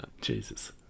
Jesus